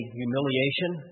humiliation